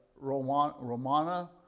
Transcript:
Romana